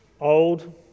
old